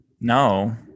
no